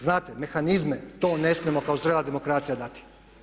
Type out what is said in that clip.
Znate mehanizme to ne smijemo kao zrela demokracija dati.